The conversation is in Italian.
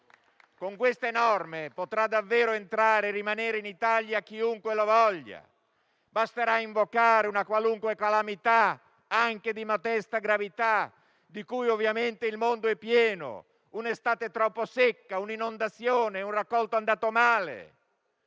Con queste norme potrà davvero entrare e rimanere in Italia chiunque la voglia. Basterà invocare una qualunque calamità, anche di modesta gravità, di cui ovviamente il mondo è pieno: un'estate troppo secca, un'inondazione, un raccolto andato a male